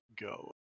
go